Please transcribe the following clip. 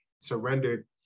surrendered